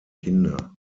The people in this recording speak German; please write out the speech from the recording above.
kinder